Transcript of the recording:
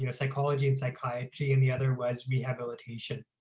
you know psychology and psychiatry and the other was rehabilitation.